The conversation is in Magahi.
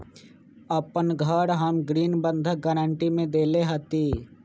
अपन घर हम ऋण बंधक गरान्टी में देले हती